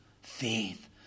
Faith